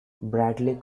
bradley